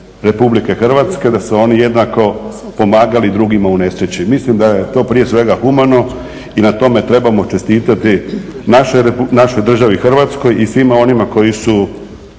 Republike Hrvatske da su oni jednako pomagali drugima u nesreći. Mislim da je to prije svega humanu i na tome trebamo čestitati našoj državi Hrvatskoj i svima onima koji su